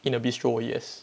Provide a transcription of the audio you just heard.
in a bistro yes